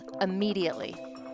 immediately